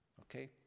Okay